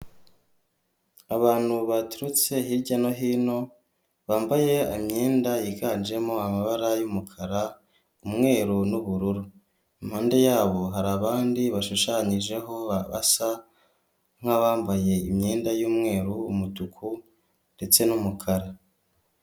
Abantu baturutse hirya no hino bambaye imyenda yiganjemo amabara y'umukara, umweru n'ubururu. Impande yabo hari abandi bashushanyijeho basa nkabambaye imyenda y'umweru, umutuku ndetse n'umukara.